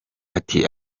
ati